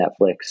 Netflix